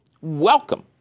welcome